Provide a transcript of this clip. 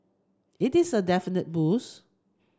it is a definitely boost